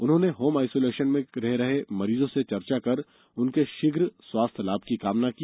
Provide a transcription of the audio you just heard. उन्होंने home isolation में रह रहे मरीजों से चर्चा कर उनके शीघ स्वास्थ्यलाभ की कामना की